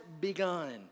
begun